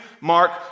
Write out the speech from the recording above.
Mark